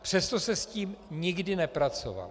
Přesto se s tím nikdy nepracovalo.